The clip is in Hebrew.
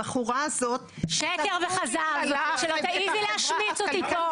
הבחורה הזאת -- שקר וכזב שלא תעזי להשמיץ אותי פה,